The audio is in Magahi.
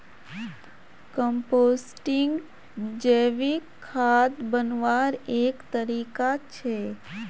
कम्पोस्टिंग जैविक खाद बन्वार एक तरीका छे